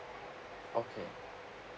okay